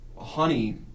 honey